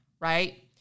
right